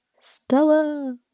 Stella